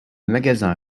magasin